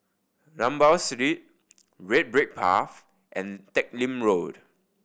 Rambau Street Red Brick Path and Teck Lim Road